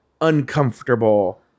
uncomfortable